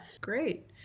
Great